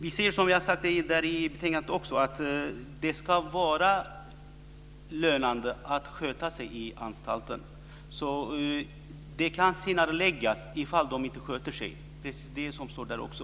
Som vi också har sagt i betänkandet ska det vara lönande att sköta sig på anstalten. Frigivningen kan senareläggas ifall man inte sköter sig. Det står där också.